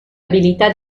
abilità